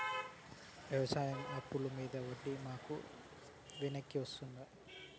వ్యవసాయ అప్పుల మీద వడ్డీ మాకు వెనక్కి వస్తదా?